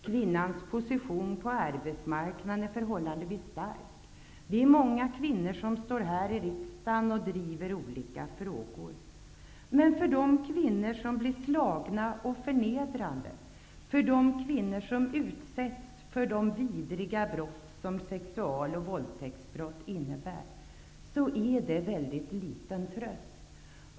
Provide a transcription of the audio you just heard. Kvinnans position på arbetsmarknaden är förhållandevis stark. Vi är många kvinnor som står här i riksdagen och driver olika frågor. Men för de kvinnor som blir slagna och förnedrade och för de kvinnor som utsätts för de vidriga brott som sexual och våldtäktsbrott innebär, är det en väldigt liten tröst.